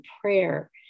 prayer